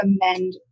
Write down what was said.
recommend